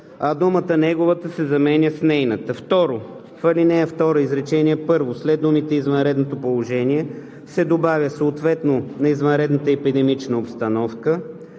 а думата „неговата“ се заменя с „нейната“. 2. В ал. 2, изречение първо след думите „извънредното положение“ се добавя „съответно на извънредната епидемична обстановка“,